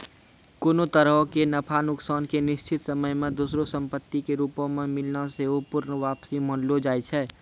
कोनो तरहो के नफा नुकसान के निश्चित समय मे दोसरो संपत्ति के रूपो मे मिलना सेहो पूर्ण वापसी मानलो जाय छै